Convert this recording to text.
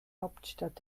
hauptstadt